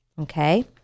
okay